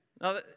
Now